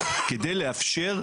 כדי לאפשר,